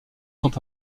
sont